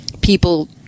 people